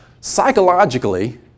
Psychologically